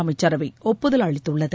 அமைச்சரவை ஒப்புதல் அளித்துள்ளது